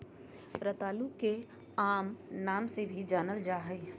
रतालू के आम नाम से भी जानल जाल जा हइ